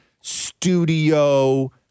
studio